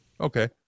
Okay